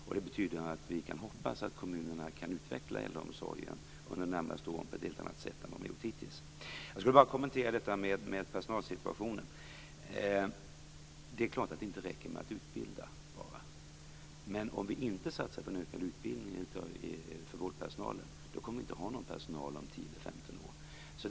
Det betyder att vi kan hoppas att kommunerna kan utveckla äldreomsorgen de närmaste åren på ett helt annat sätt än hittills. Jag skall kommentera frågan om personalsituationen. Det är klart att det inte räcker med att enbart utbilda. Om vi inte satsar på en utökad utbildning för vårdpersonalen kommer vi inte att ha någon personal om 10-15 år.